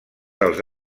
dels